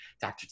Dr